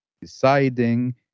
deciding